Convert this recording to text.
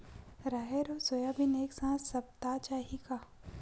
राहेर अउ सोयाबीन एक साथ सप्ता चाही का?